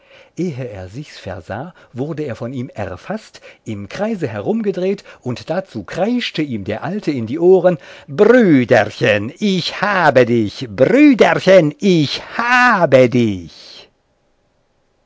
ehe er sich's versah wurde er von ihm erfaßt im kreise herumgedreht und dazu kreischte ihm der alte in die ohren brüderchen ich habe dich brüderchen ich habe dich